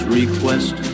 request